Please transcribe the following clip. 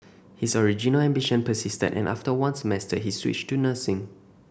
his original ambition persisted and after one semester he switched to nursing